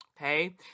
okay